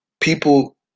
people